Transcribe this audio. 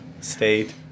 state